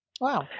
Wow